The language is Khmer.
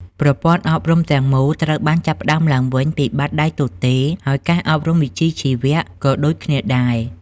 ប្រព័ន្ធអប់រំទាំងមូលត្រូវចាប់ផ្តើមឡើងវិញពីបាតដៃទទេ ហើយការអប់រំវិជ្ជាជីវៈក៏ដូចគ្នាដែរ។